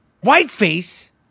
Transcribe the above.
whiteface